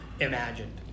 imagined